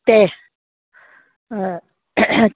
ते